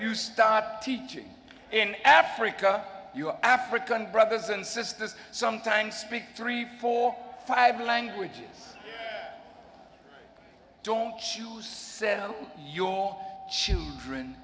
you start teaching in africa your african brothers and sisters sometimes speak three four five languages don't choose set your children